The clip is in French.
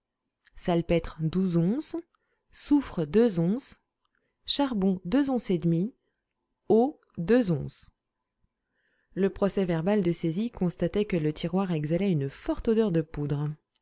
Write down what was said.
salpêtre onces soufre onces charbon onces et demie eau onces le procès-verbal de saisie constatait que le tiroir exhalait une forte odeur de poudre